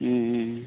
ம் ம் ம்